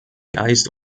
geist